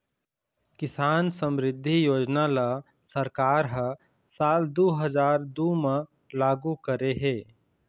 किसान समरिद्धि योजना ल सरकार ह साल दू हजार दू म लागू करे हे